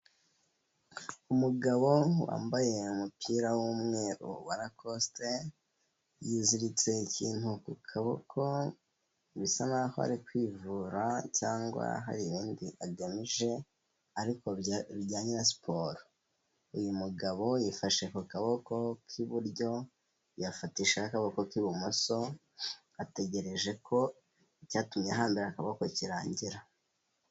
Umugabo wambaye umupira w'umweru wa rakoste, yiziritse ikintu ku kaboko bisa n'aho ari kwivura cyangwa hari ibindi agamije ariko bijyanye na siporo. Uyu mugabo yifashe ku kaboko k'iburyo yafatishijeho akaboko k'ibumoso, ategereje ko icyatumye ahambira akaboko kirangira.